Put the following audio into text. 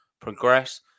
progress